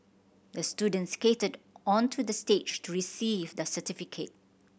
the student skated onto the stage to receive the certificate